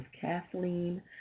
Kathleen